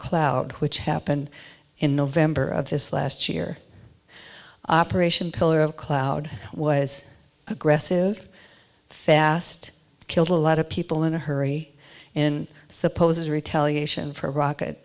cloud which happened in november of this last year operation pillar of cloud was aggressive fast killed a lot of people in a hurry in suppose a retaliation for rocket